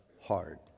hard